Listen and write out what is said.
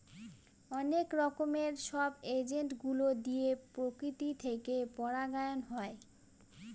অনেক রকমের সব এজেন্ট গুলো দিয়ে প্রকৃতি থেকে পরাগায়ন হয়